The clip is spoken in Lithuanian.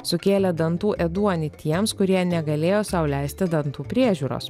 sukėlė dantų ėduonį tiems kurie negalėjo sau leisti dantų priežiūros